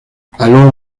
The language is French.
allons